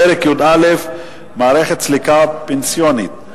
פרק י"א: מערכת סליקה פנסיונית.